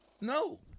no